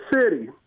city